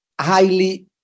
highly